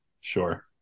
Sure